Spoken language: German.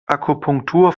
akupunktur